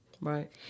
Right